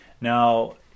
now